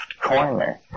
corner